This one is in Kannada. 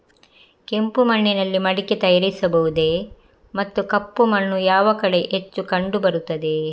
ಕೆಂಪು ಮಣ್ಣಿನಲ್ಲಿ ಮಡಿಕೆ ತಯಾರಿಸಬಹುದೇ ಮತ್ತು ಕಪ್ಪು ಮಣ್ಣು ಯಾವ ಕಡೆ ಹೆಚ್ಚು ಕಂಡುಬರುತ್ತದೆ?